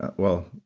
well,